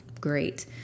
great